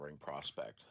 prospect